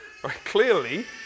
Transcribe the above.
Clearly